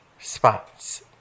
spots